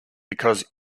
because